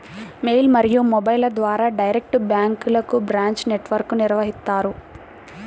mail మరియు మొబైల్ల ద్వారా డైరెక్ట్ బ్యాంక్లకు బ్రాంచ్ నెట్ వర్క్ను నిర్వహిత్తారు